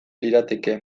lirateke